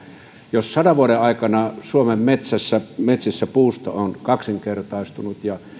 niin sadan vuoden aikana suomen metsissä metsissä puusto on kaksinkertaistunut ja